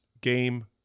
game